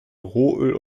rohöl